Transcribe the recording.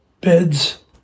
Beds